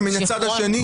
ומן הצד השני,